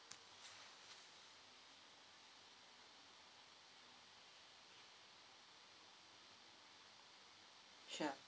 sure